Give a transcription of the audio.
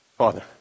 Father